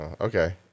Okay